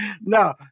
No